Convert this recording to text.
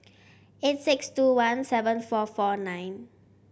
eight six two one seven four four nine